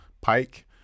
pike